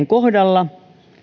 kohdalla